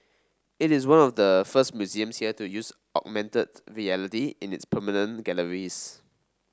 it is one of the first museums here to use augmented reality in its permanent galleries